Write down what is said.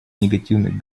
негативных